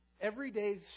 everyday